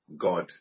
God